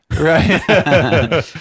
right